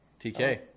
TK